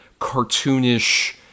cartoonish